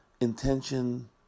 Intention